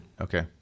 Okay